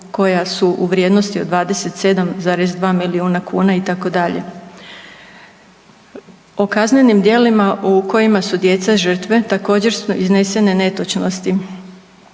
koja su u vrijednosti od 27,2 milijuna kuna, itd. O kaznenim djelima u kojima su djeca žrtve također su iznesene netočnosti.